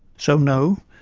so, no,